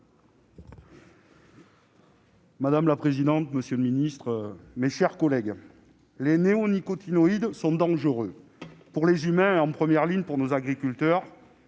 Madame la présidente, monsieur le ministre, mes chers collègues, les néonicotinoïdes sont dangereux pour les humains et, en premier, pour nos agriculteurs.